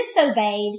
disobeyed